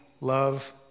Love